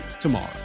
tomorrow